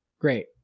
great